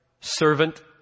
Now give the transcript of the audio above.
servant